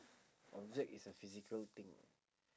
object is a physical thing